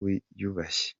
wiyubashye